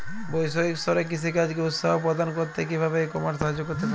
বৈষয়িক স্তরে কৃষিকাজকে উৎসাহ প্রদান করতে কিভাবে ই কমার্স সাহায্য করতে পারে?